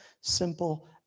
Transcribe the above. simple